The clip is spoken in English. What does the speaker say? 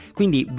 quindi